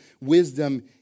wisdom